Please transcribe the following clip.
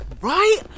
Right